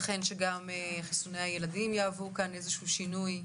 שיתכן שגם חיסוני הילדים יהוו כאן איזה שהוא שינוי,